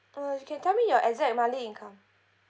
uh you can tell me your exact monthly income